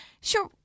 Sure